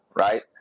right